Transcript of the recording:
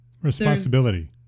responsibility